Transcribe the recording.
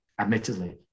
admittedly